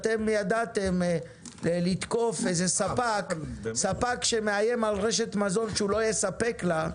אתם ידעתם לתקוף ספק שמאיים על רשת מזון שהוא לא יספק לה.